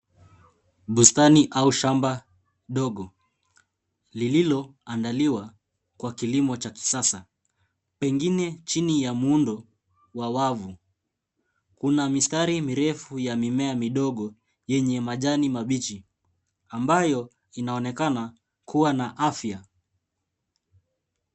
Bustani au shamba dogo lililoandaliwa kwa kilimo cha kisasa pengine chini ya muundo wa wavu, kuna mistari mirefu ya mimea midogo yenye majani mabichi ambayo inaonekana kuwa na afya.